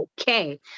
okay